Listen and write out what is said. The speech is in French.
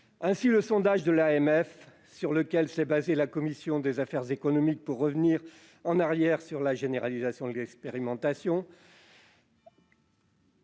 Ainsi le sondage de l'AMF, sur lequel s'est fondée la commission des affaires économiques pour revenir sur la généralisation de l'expérimentation,